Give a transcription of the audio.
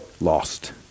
lost